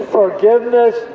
forgiveness